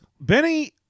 Benny